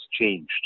changed